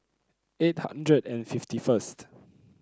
eight hundred and fifty first